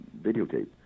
videotape